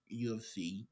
UFC